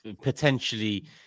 potentially